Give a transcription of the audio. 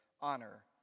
honor